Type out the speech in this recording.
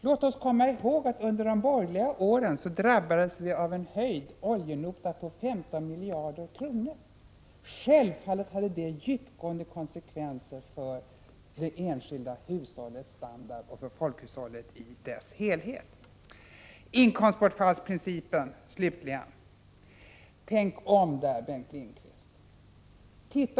Låt oss komma ihåg att vi under de borgerliga åren drabbades av en höjning av oljenotan på 15 miljarder kronor. Självfallet hade det djupgående konsekvenser för det enskilda hushållets standard och för folkhushållet i dess helhet. När det gäller inkomstbortfallsprincipen som grund för föräldraförsäkringen vill jag säga: Tänk om, Bengt Lindqvist!